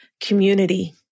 community